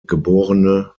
geb